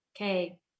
okay